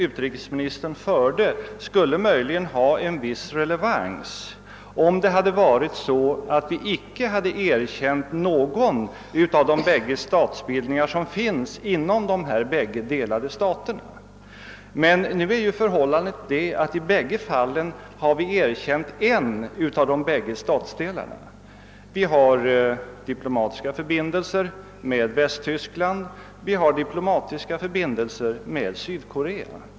Utrikesministerns resonemang skulle möjligen ha en viss relevans, om vi inte hade erkänt någon av de båda statsbildningar som finns inom dessa två delade stater. Men nu är ju förhållandet att vi i båda fallen har erkänt en av statsdelarna; vi har diplomatiska förbindelser med Västtyskland och Sydkorea.